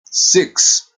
six